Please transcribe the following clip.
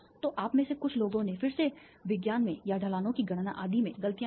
तो आप में से कुछ लोगों ने फिर से विज्ञान में या ढलानों की गणना आदि में गलतियाँ की हैं